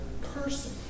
person